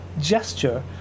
gesture